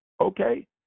okay